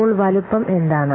അപ്പോൾ വലുപ്പം എന്താണ്